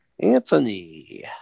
Anthony